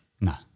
No